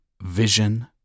vision